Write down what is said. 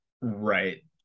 Right